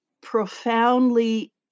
profoundly